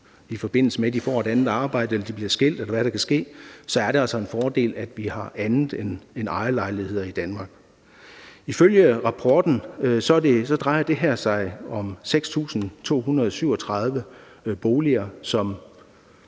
i forbindelse med at de får et andet arbejdet eller bliver skilt, eller hvad der kan ske, så er det altså en fordel, at vi har andet end ejerlejligheder i Danmark. Ifølge rapporten drejer det her sig om 6.237 boliger,